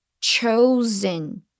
chosen